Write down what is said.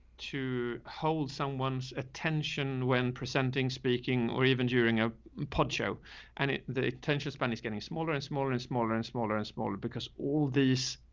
to hold someone's attention when presenting, speaking, or even during a pod show and it, the attention span is getting smaller and smaller and smaller and smaller and smaller because all this.